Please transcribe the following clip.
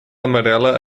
amarela